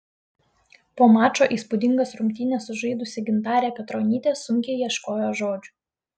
po mačo įspūdingas rungtynes sužaidusi gintarė petronytė sunkiai ieškojo žodžių